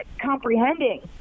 comprehending